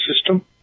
system